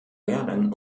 lernen